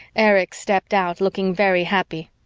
erich stepped out, looking very happy.